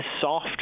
soft